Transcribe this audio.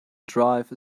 drive